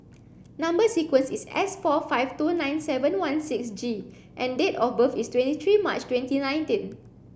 number sequence is S four five two nine seven one six G and date of birth is twenty three March twenty nineteen